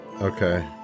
Okay